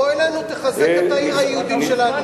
בוא אלינו, ותחזק את העיר היהודית שלנו.